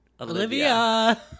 Olivia